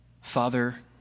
Father